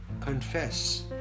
Confess